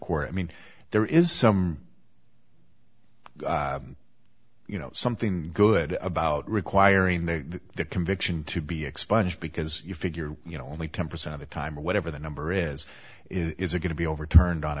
court i mean there is some you know something good about requiring the conviction to be expunged because you figure you know only ten percent of the time or whatever the number is is are going to be overturned on